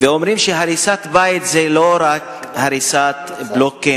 ואומרים שהריסת בית זה לא רק הריסת בלוקים